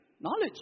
Knowledge